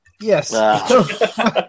Yes